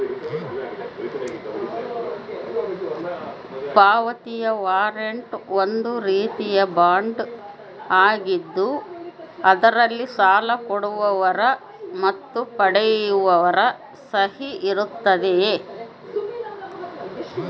ಪಾವತಿಯ ವಾರಂಟ್ ಒಂದು ರೀತಿಯ ಬಾಂಡ್ ಆಗಿದ್ದು ಅದರಲ್ಲಿ ಸಾಲ ಕೊಡುವವರ ಮತ್ತು ಪಡೆಯುವವರ ಸಹಿ ಇರುತ್ತದೆ